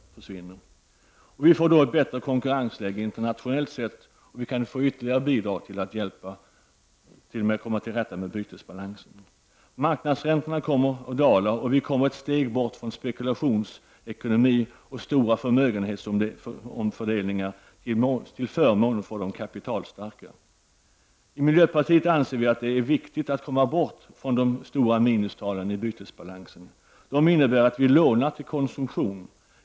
Vi får då ett bättre konkurrensläge internationellt, vilket ytterligare kan bidra till att komma till rätta med bytesbalansen. Marknadsräntorna kommer att dala, och vi kommer ett steg bort från spekulationsekonomi och stora förmögenhetsomfördelningar till förmån för de kapitalstarka. I miljöpartiet anser vi att det är viktigt att komma bort från de stora minustalen i bytesbalansen. De innebär att vi lånar till konsumtion.